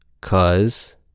cause